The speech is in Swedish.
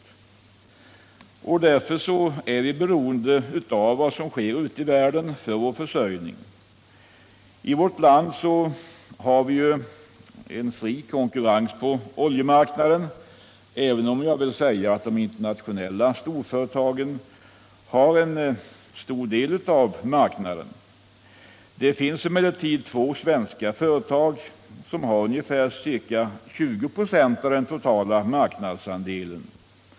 För vår försörjning är vi i hög grad beroende av vad som sker ute i världen. I vårt land har vi en fri konkurrens på oljemarknaden. De internationella storföretagen har visserligen en stor del av denna marknad, men vi har två svenska företag som har ca 20 96 av den totala marknadsandelen.